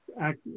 act